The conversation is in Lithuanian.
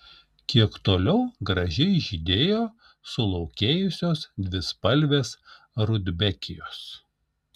kiek toliau gražiai žydėjo sulaukėjusios dvispalvės rudbekijos